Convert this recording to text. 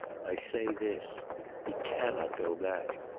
i say this he cannot go back.